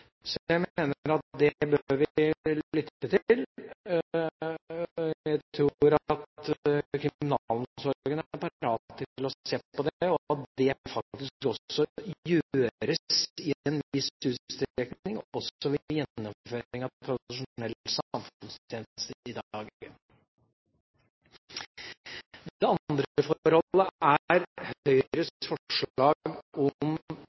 bør vi lytte til, og jeg tror at kriminalomsorgen er parat til å se på det, og at det faktisk også gjøres i en viss utstrekning også ved gjennomføring av tradisjonell samfunnstjeneste i dag. Det andre forholdet er Høyres forslag om